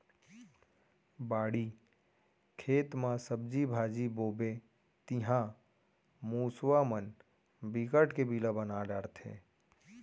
बाड़ी, खेत म सब्जी भाजी बोबे तिंहा मूसवा मन बिकट के बिला बना डारथे